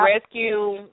Rescue